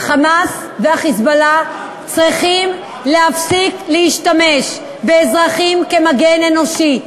ה"חמאס" וה"חיזבאללה" צריכים להפסיק להשתמש באזרחים כמגן אנושי.